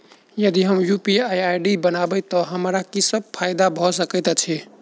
यदि हम UPI ID बनाबै तऽ हमरा की सब फायदा भऽ सकैत अछि?